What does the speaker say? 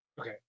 okay